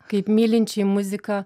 kaip mylinčiai muziką